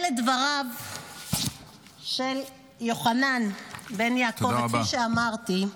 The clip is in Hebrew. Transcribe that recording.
אלה דבריו של יוחנן בן יעקב, כפי שאמרתי.